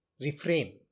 refrain